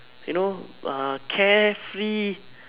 you know uh carefree